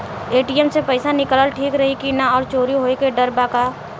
ATM से पईसा निकालल ठीक रही की ना और चोरी होये के डर बा का?